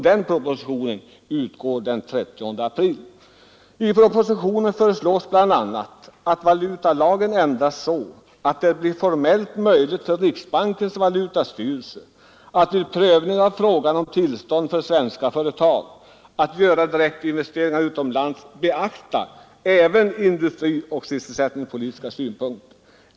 Motionstiden utgår den 30 april. I propositionen föreslås bl.a. att valutalagen ändras så att det blir formellt möjligt för riksbankens valutastyrelse att vid prövning av tillstånd för svenska företag att göra direktinvesteringar utomlands beakta även industrioch sysselsättningspolitiska synpunkter.